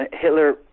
Hitler